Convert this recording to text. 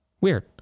Weird